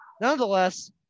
nonetheless